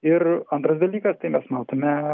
ir antras dalykas tai mes matome